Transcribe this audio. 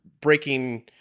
breaking